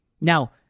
Now